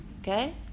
Okay